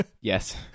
Yes